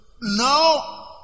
no